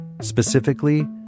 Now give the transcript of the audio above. Specifically